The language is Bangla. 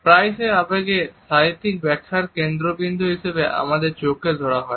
প্রায়শই আবেগের সাহিত্যিক ব্যাখ্যার কেন্দ্রবিন্দু হিসেবে আমাদের চোখকে ধরা হয়